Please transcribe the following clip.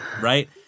right